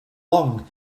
along